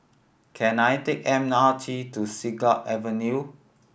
can I take M R T to Siglap Avenue